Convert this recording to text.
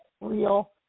real